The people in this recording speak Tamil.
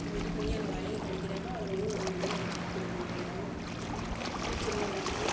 ரெடி பண்ணி அதை வயலுக்கு அடிக்கிறப்போ அது வந்து ஒரு நல்ல எஃபெக்ட் கொடுக்கும் வயலுக்கு பூச்சிலாம் இல்லாமல்